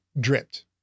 dripped